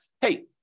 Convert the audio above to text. hey